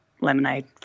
lemonade